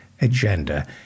agenda